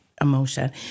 emotion